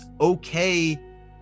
okay